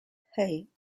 hey